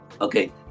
Okay